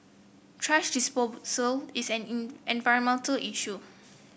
thrash disposal is an environmental issue